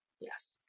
Yes